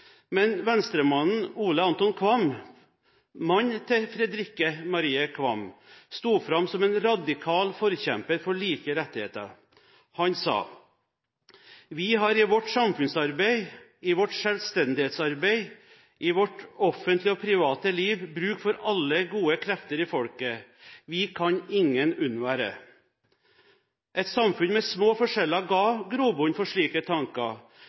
Men Venstre-mannen Ole Anton Qvam, mannen til Fredrikke Marie Qvam, sto fram som en radikal forkjemper for like rettigheter. Han sa: «Vi har i vort Samfundsarbeide, i vort Selvstændighetsarbeide, i vort offentlige og private Liv Brug for alle gode Kræfter i Folket, vi kan ingen undvære.» Et samfunn med små forskjeller ga grobunn for slike tanker.